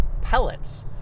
pellets